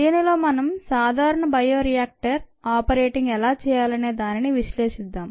దీనిలో మనం సాధారణ బయో రియాక్టర్ ఆపరేటింగ్ ఎలా చేయాలనే దానిని విశ్లేషిద్దాం